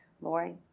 Lori